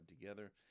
together